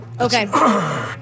Okay